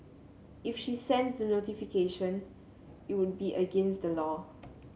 if she sends the notification it would be against the law